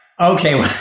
Okay